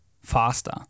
faster